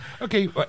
Okay